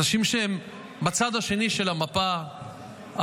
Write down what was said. אנשים שהם בצד השני של המפה הפוליטית,